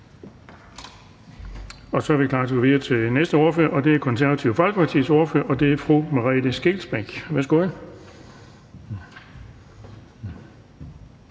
Så er vi klar til at gå videre til næste ordfører, og det er Det Konservative Folkepartis ordfører, nemlig fru Merete Scheelsbeck. Værsgo.